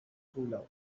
truelove